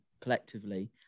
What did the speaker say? collectively